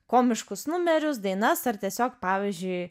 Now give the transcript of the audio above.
komiškus numerius dainas ar tiesiog pavyzdžiui